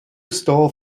stole